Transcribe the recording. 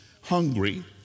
hungry